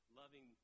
loving